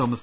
Thomas